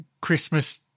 Christmas